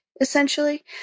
essentially